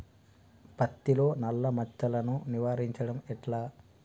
పత్తిలో నల్లా మచ్చలను నివారించడం ఎట్లా?